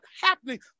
happening